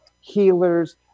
healers